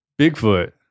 Bigfoot